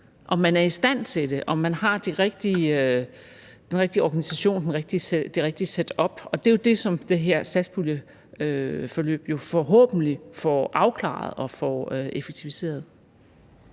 om man er i stand til det, og om man har den rigtige organisation og det rigtige setup, og det er jo det, som det her satspuljeforløb forhåbentlig får afklaret og får effektiviseret.